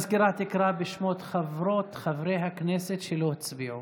המזכירה תקרא בשמות חברי וחברות הכנסת שלא הצביעו,